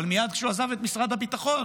אבל מייד כשהוא עזב את משרד הביטחון,